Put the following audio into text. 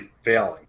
failing